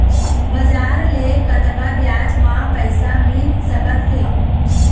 बजार ले कतका ब्याज म पईसा मिल सकत हे?